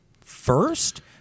first